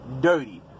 dirty